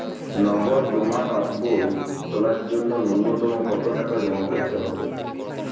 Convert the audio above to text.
নগদ জমা পাসবই খোলার জন্য নূন্যতম কতো টাকা জমা করতে হবে?